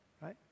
Right